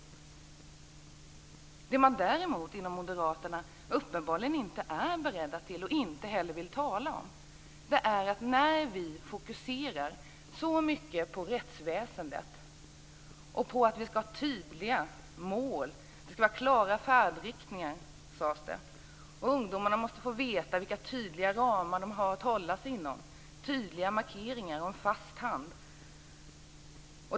Däremot är moderaterna uppenbarligen inte beredda att lägga resurser och vill inte heller tala så mycket om det, när vi fokuserar på rättsväsendet, de vill ha tydliga mål - klara färdriktningar, sades det. Vi vill att ungdomarna skall få veta vilka tydliga ramar de har att hålla sig inom, tydliga markeringar och en fast hand.